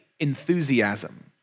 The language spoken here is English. enthusiasm